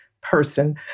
person